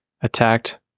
attacked